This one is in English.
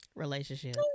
relationship